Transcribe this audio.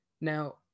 now